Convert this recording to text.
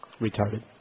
Retarded